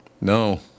No